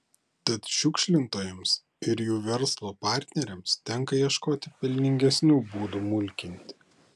tad šiukšlintojams ir jų verslo partneriams tenka ieškoti pelningesnių būdų mulkinti